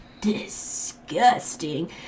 disgusting